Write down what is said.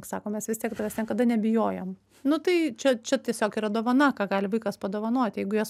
sako mes vis tiek tavęs niekada nebijojom nu tai čia čia tiesiog yra dovana ką gali vaikas padovanoti jeigu jos